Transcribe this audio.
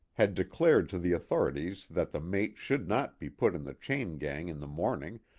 had declared to the authorities that the mate should not be put in the chain-gang in the morning,